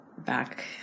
back